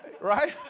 Right